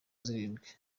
zirindwi